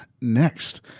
next